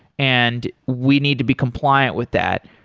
and we need to be compliant with that.